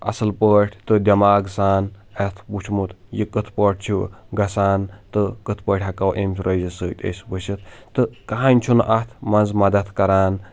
اصٕل پٲٹھۍ تہٕ دٮ۪ماغ سان اتھ وٕچھمُت یہِ کِتھ پٲٹھۍ چُھ گَژھان تہٕ کٕتھ پٲٹھۍ ہیکو رَزِ سۭتۍ أسۍ وٕسِتھ تہٕ کٕہٕنۍ چھُنہٕ اَتھ منٛز مدد کَران